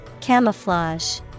Camouflage